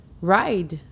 ride